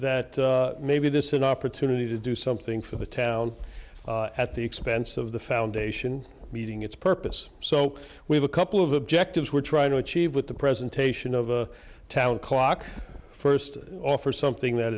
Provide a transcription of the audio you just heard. that maybe this is an opportunity to do something for the town at the expense of the foundation meeting its purpose so we have a couple of objectives we're trying to achieve with the presentation of a town clock first offer something that